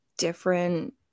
different